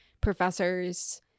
professors